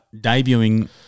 debuting